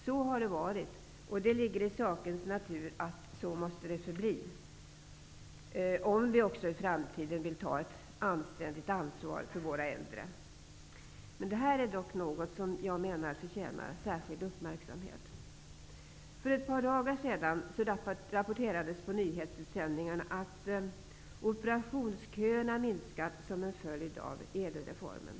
Så har det varit, och det ligger i sakens natur att det så måste förbli, om vi också i framtiden vill ta ett anständigt ansvar för våra äldre. Det här är dock något som förtjänar särskild uppmärksamhet. För ett par dagar sedan rapporterades i nyhetsutsändningarna att operationsköerna minskat som en följd av Ädelreformen.